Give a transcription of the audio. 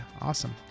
awesome